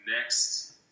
next